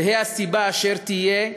תהא הסיבה אשר תהיה,